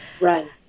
Right